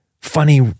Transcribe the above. funny